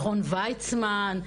מכון ויצמן,